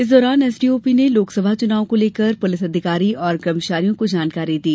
इस दौरान एसडीओपी ने लोकसभा चुनाव को लेकर पुलिस अधिकारी और कर्मचारियों को जानकारी दी